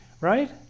right